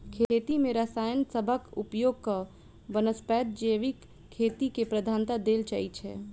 खेती मे रसायन सबहक उपयोगक बनस्पैत जैविक खेती केँ प्रधानता देल जाइ छै